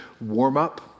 warm-up